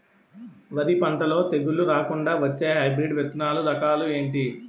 వరి పంటలో తెగుళ్లు రాకుండ వచ్చే హైబ్రిడ్ విత్తనాలు రకాలు ఏంటి?